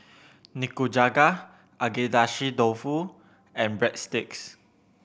Nikujaga Agedashi Dofu and Breadsticks